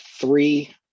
three